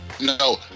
No